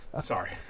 Sorry